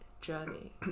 journey